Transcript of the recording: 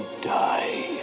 die